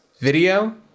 video